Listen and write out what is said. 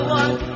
one